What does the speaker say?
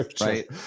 Right